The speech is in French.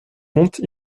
contre